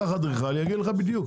קח אדריכל והוא יגיד לך בדיוק,